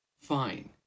Fine